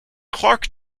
clarke